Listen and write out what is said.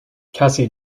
cassie